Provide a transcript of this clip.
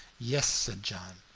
yes, said john.